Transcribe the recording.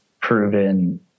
proven